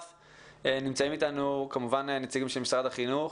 נמצאים אתנו כמובן נציגים של משרד החינוך.